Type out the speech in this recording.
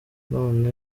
none